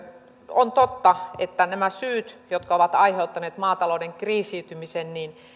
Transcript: on totta että nämä syyt jotka ovat aiheuttaneet maatalouden kriisiytymisen